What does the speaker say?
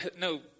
no